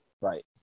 Right